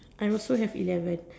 I also have eleven